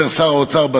אומר שר האוצר,